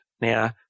Now